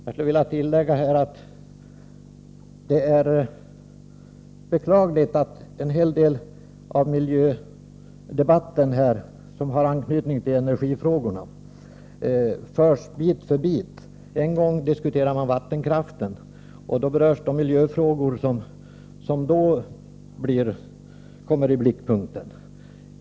Jag skulle vilja tillägga att det är beklagligt att en stor del av miljödebatten, som har anknytning till energifrågorna, förs bit för bit. En gång diskuterar man vattenkraften, och då berörs de miljöfrågor som härigenom kommer i blickpunkten.